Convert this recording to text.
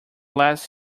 less